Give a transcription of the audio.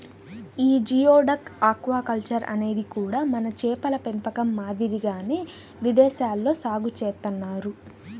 యీ geoduck aquaculture అనేది కూడా మన చేపల పెంపకం మాదిరిగానే విదేశాల్లో సాగు చేత్తన్నారు